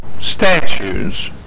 statues